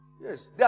Yes